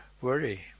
worry